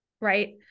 right